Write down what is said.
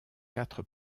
quatre